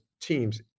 teams